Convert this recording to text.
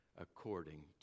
according